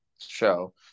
show